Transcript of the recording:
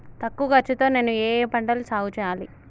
తక్కువ ఖర్చు తో నేను ఏ ఏ పంటలు సాగుచేయాలి?